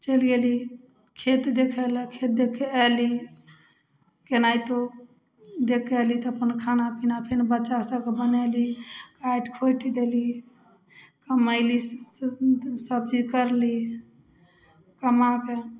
चलि गेली खेत देखय लए खेत देखके ऐली केनहैतो देखके अयली तऽ अपन खाना पीना फेर बच्चा सबके बनेली काटि खूटि देली कमैली सब चीज करली कमाके